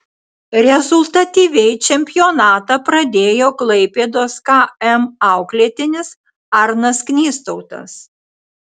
rezultatyviai čempionatą pradėjo klaipėdos km auklėtinis arnas knystautas